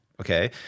Okay